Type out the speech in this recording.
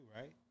right